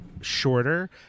shorter